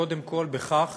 קודם כול, בכך